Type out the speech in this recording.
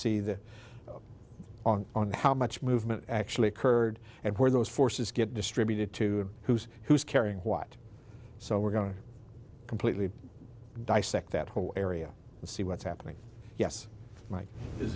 see that on how much movement actually occurred and where those forces get distributed to who's who's carrying what so we're going to completely dissect that whole area and see what's happening yes